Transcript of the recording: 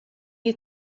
you